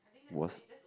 was